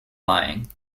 lying